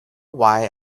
why